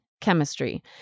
chemistry